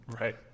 Right